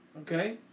Okay